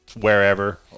wherever